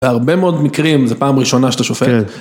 בהרבה מאוד מקרים, זו פעם ראשונה שאתה שופט.